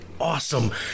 awesome